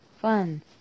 Fun